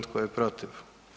Tko je protiv?